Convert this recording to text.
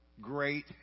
great